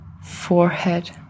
forehead